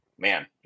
Man